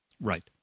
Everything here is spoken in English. right